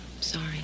sorry